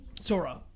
Sora